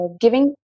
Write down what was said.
giving